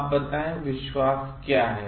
अब बताएं विश्वास क्या है